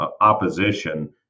opposition